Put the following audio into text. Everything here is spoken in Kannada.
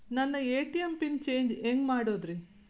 ನನ್ನ ಎ.ಟಿ.ಎಂ ಪಿನ್ ಚೇಂಜ್ ಹೆಂಗ್ ಮಾಡೋದ್ರಿ?